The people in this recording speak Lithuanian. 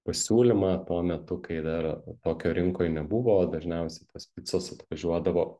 pasiūlymą tuo metu kai dar tokio rinkoj nebuvo o dažniausiai tos picos atvažiuodavo